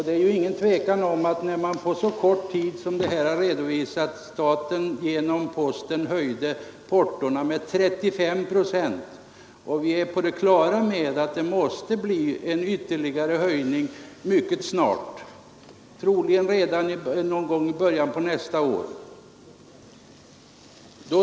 Det är ingen tvekan om att svenska folket reagerar när staten genom posten på den korta tid som här redovisats har höjt portona med 35 procent och vi dessutom är på det klara med att en ytterligare höjning måste göras mycket snart, troligen redan någon gång i början av nästa år.